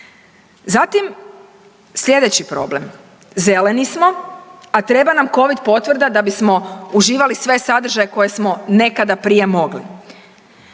Zatim, slijedeći problem, zeleni smo a treba nam Covid potvrda da bismo uživali sve sadržaje koje smo nekada prije mogli.